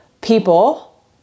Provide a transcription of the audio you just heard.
people